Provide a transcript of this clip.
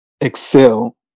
Excel